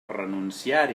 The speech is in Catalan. renunciar